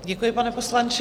Děkuji, pane poslanče.